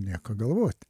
nieko galvot